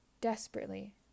Desperately